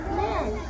man